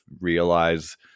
realize